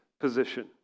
position